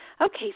Okay